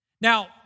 Now